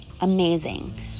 Amazing